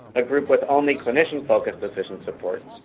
a group with only clinician focused decision-support,